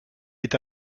est